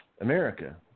America